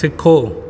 तिखो